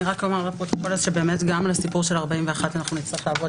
אני רק אגיד לפרוטוקול שגם על הסיפור של 41 אנחנו נצטרך לעבוד